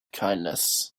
kindness